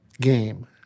game